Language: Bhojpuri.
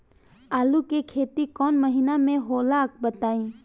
आलू के खेती कौन महीना में होला बताई?